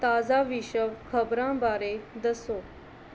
ਤਾਜ਼ਾ ਵਿਸ਼ਵ ਖਬਰਾਂ ਬਾਰੇ ਦੱਸੋ